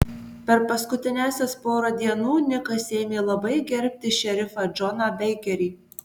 per paskutiniąsias porą dienų nikas ėmė labai gerbti šerifą džoną beikerį